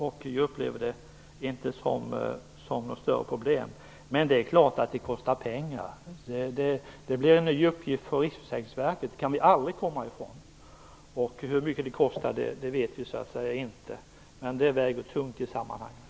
Jag upplever det inte som något större problem. Men det är klart att det kostar pengar. Det blir en ny uppgift för Riksförsäkringsverket. Det kan vi aldrig komma ifrån. Vi vet inte hur mycket det kostar, men det väger tungt i sammanhanget.